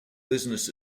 business